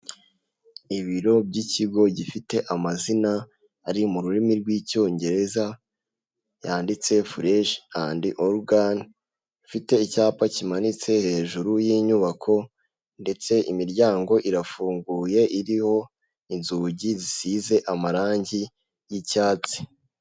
Ibiro by'ikigo gifite amazina ari mu rurimi rw'icyongereza yanditse fureshi andi organi, ifite icyapa cyimanitse hejuru y'inyubako ndetse imiryango irafunguye iriho inzugi zisize amarangi y'icyatsi.